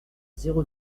zéro